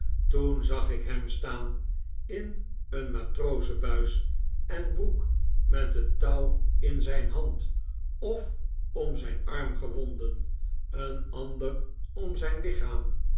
toen zag ik hem staan in een matrozen buis en broek met een touw in zijn hand of om zijn arm gewonden een ander om zijn lichaam